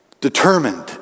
determined